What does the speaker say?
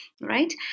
right